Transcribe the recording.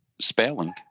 Spelling